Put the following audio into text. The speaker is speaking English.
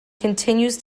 continues